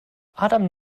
adam